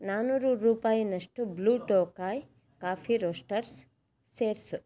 ನಾನೂರು ರೂಪಾಯಿನಷ್ಟು Blue Tokai Coffee Roasters ಸೇರಿಸು